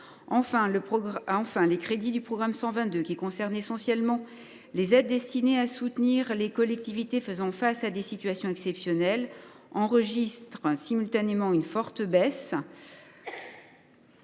Enfin, les crédits du programme 122, qui concernent essentiellement les aides destinées à soutenir les collectivités faisant face à des situations exceptionnelles, enregistrent simultanément une forte baisse.